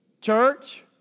Church